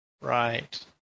Right